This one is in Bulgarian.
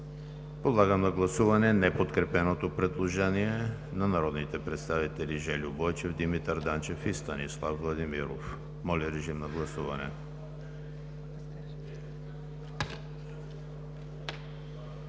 Подлагам на гласуване неподкрепеното предложение на народните представители Жельо Бойчев, Димитър Данчев и Станислав Владимиров. Гласували